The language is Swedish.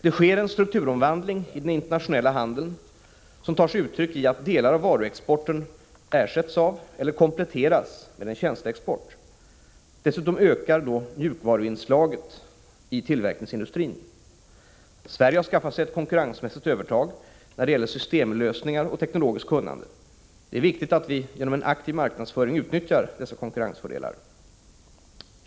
Det sker en strukturomvandling i den internationella handeln som tar sig uttryck i att delar av varuexporten ersätts av eller kompletteras med en tjänsteexport. Dessutom ökar mjukvaruinslaget inom tillverkningsindustrin. Sverige har skaffat sig ett konkurrensmässigt övertag när det gäller systemlösningar och teknologiskt kunnande. Det är viktigt att vi genom en aktiv marknadsföring utnyttjar dessa konkurrensfördelar.